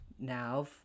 now